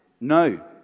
No